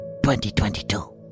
2022